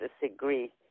disagree